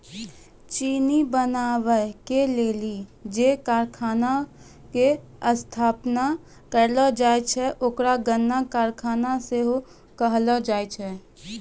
चिन्नी बनाबै के लेली जे कारखाना के स्थापना करलो जाय छै ओकरा गन्ना कारखाना सेहो कहलो जाय छै